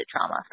trauma